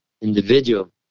individual